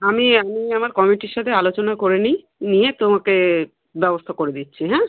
আমি আমি আমার কমিটির সাথে আলোচনা করে নিই নিয়ে তোমাকে ব্যবস্থা করে দিচ্ছি হ্যাঁ